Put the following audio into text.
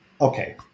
okay